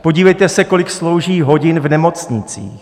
Podívejte se, kolik slouží hodin v nemocnicích.